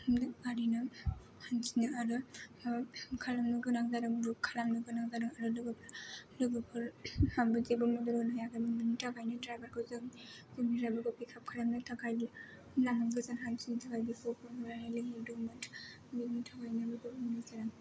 आरिनो हानथिनो आरो ओंखारनो गोनां जादोंमोन ग्रुप खालामनो गोनां जादोंमोन आरो लोगोफोरा जेबो मदद होनो हायाखैमोन बेनि थाखायनो ड्राइभारखौ जों पिकआप खालामनो थाखाय लामा गोजान हानथिनो थाखाय बिखौ फन खालामना लिंहरदोंमोन बेनि थाखायनो बिखौ जों